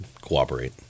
cooperate